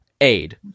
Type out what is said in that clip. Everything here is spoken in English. aid